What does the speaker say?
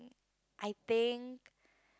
I think